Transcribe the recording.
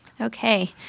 Okay